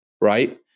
right